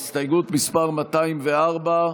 הסתייגות מס' 204,